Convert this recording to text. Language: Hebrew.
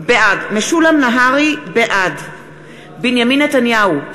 בעד בנימין נתניהו,